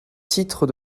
titre